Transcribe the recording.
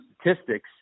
statistics